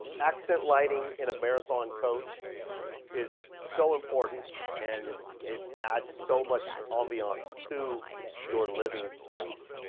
accent lighting in a marathon coach is so important and it adds so much ambiance to your living space.